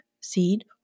seed